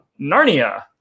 Narnia